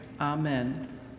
amen